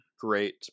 great